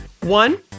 One